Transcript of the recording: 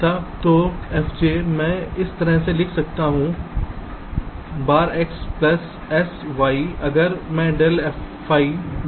तो fj मैं इस तरह से लिख सकता हूं बार x प्लस s y